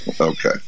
Okay